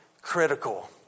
critical